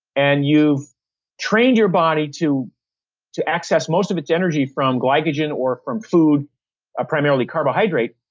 and you've trained your body to to access most of its energy from glycogen or from food ah primarily carbohydrate,